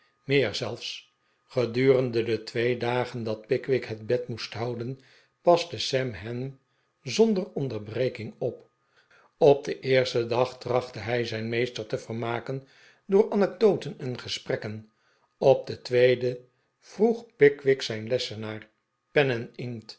meer zelfs gedurende de twee dagen dat pickwick het bed moest houden paste sam hem zonder onderbreking op op den eersten dag trachtte hij zijn meester te vermaken door anecdoten en gesprekken op den tweeden vroeg pickwick zijn lessenaar pen en